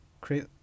create